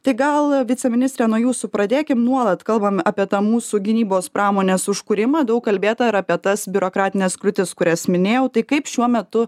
tai gal viceministre nuo jūsų pradėkim nuolat kalbam apie tą mūsų gynybos pramonės užkūrimą daug kalbėta ir apie tas biurokratines kliūtis kurias minėjau tai kaip šiuo metu